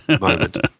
moment